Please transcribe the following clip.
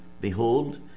behold